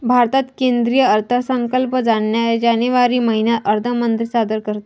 भारतात केंद्रीय अर्थसंकल्प जानेवारी महिन्यात अर्थमंत्री सादर करतात